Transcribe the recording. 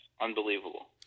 unbelievable